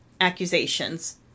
accusations